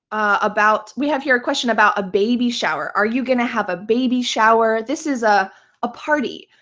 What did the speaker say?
about. we have here a question about a baby shower. are you going to have a baby shower? this is a a party,